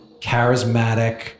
charismatic